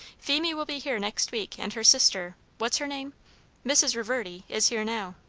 phemie will be here next week and her sister, what's her name mrs. reverdy is here now.